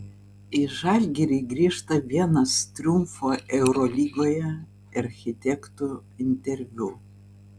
į žalgirį grįžta vienas triumfo eurolygoje architektų interviu